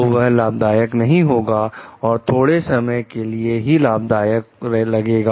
तो यह लाभदायक नहीं होगा और थोड़े समय के लिए ही लाभदायक लगेगा